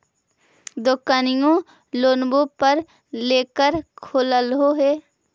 दोकनिओ लोनवे पर लेकर खोललहो हे?